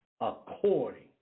according